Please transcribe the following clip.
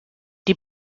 die